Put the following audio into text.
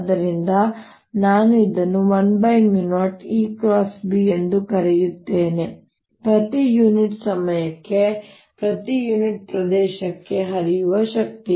ಆದ್ದರಿಂದ ನಾನು ಇದನ್ನು 10EB ಎಂದು ಕರೆಯುತ್ತೇನೆ ಪ್ರತಿ ಯುನಿಟ್ ಸಮಯಕ್ಕೆ ಪ್ರತಿ ಯುನಿಟ್ ಪ್ರದೇಶಕ್ಕೆ ಹರಿಯುವ ಶಕ್ತಿ